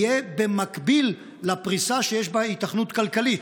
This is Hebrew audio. יהיה במקביל לפריסה שיש בה היתכנות כלכלית,